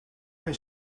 hij